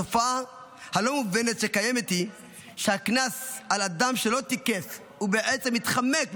התופעה הלא-מובנת שקיימת היא שהקנס על אדם שלא תיקף ובעצם מתחמק מתשלום,